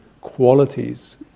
qualities